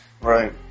Right